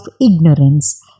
ignorance